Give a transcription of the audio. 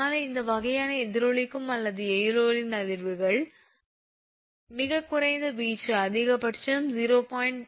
ஆனால் இந்த வகையான எதிரொலிக்கும் அல்லது எயோலியன் அதிர்வுகள் மிகக் குறைந்த வீச்சு அதிகபட்சம் 0